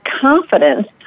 confidence